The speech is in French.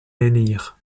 élire